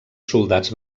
soldats